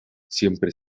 siempre